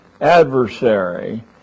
adversary